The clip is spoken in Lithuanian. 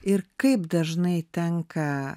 ir kaip dažnai tenka